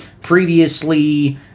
previously